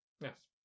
Yes